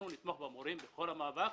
אנחנו נתמוך במורים בכל המאבק,